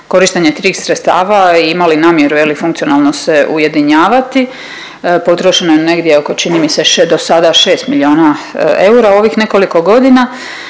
korištenje tih sredstava i imali namjeru je li funkcionalno se ujedinjavati. Potrošeno je negdje oko čini mi se dosada 6 miliona eura u ovih nekoliko godina.